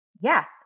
Yes